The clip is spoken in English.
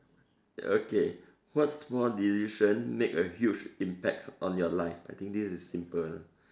okay what small decision make a huge impact on your life I think this is simple lah